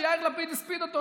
ויאיר לפיד הספיד אותו,